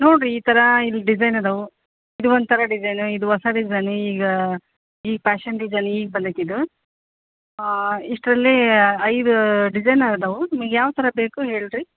ನೋಡಿರಿ ಈ ಥರ ಇಲ್ಲಿ ಡಿಸೈನ್ ಅದಾವು ಇದು ಒಂಥರ ಡಿಸೈನು ಇದು ಹೊಸ ಡಿಸೈನು ಈಗ ಈ ಪ್ಯಾಶನ್ ಡಿಸೈನ್ ಈಗ ಬಂದೈತೆ ಇದು ಇಷ್ಟರಲ್ಲಿ ಐದು ಡಿಸೈನ್ ಅದಾವು ನಿಮಗ್ ಯಾವ ಥರ ಬೇಕು ಹೇಳಿ ರೀ